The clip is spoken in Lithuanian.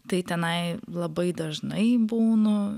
tai tenai labai dažnai būnu